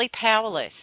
powerless